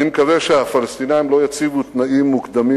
אני מקווה שהפלסטינים לא יציבו תנאים מוקדמים,